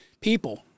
people